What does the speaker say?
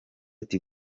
ati